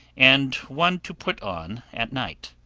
and one to put on at night.